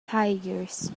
tigers